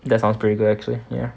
that sounds pretty good actually ya